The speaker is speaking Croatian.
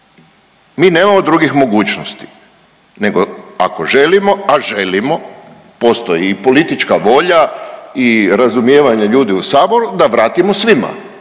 Mi nemamo drugih mogućnosti nego ako želimo, a želimo postoji i politička volja i razumijevanje ljudi u saboru da vratimo svima.